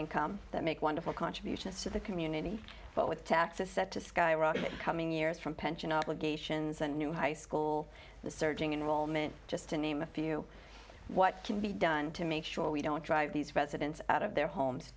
income that make wonderful contributions to the community but with taxes set to skyrocket coming years from pension obligations and new high school the surging enroll meant just to name a few what can be done to make sure we don't drive these residents out of their home